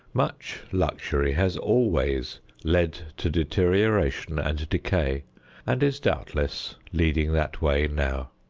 much luxury has always led to deterioration and decay and is doubtless leading that way now.